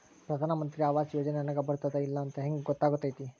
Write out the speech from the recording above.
ಪ್ರಧಾನ ಮಂತ್ರಿ ಆವಾಸ್ ಯೋಜನೆ ನನಗ ಬರುತ್ತದ ಇಲ್ಲ ಅಂತ ಹೆಂಗ್ ಗೊತ್ತಾಗತೈತಿ?